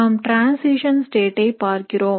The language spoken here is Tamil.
நாம் transition state ஐ பார்க்கிறோம்